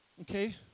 Okay